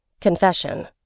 Confession